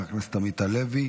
תודה רבה, חבר הכנסת עמית הלוי.